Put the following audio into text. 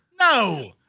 No